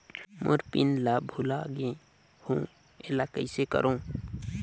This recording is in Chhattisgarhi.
मोर पिन ला भुला गे हो एला कइसे करो?